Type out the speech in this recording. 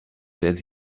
that